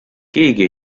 keegi